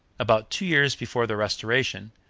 about two years before the restoration,